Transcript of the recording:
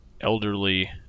elderly